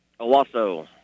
Owasso